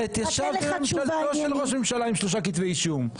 את ישבת בממשלתו של ראש ממשלה עם שלושה כתבי אישום.